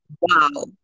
wow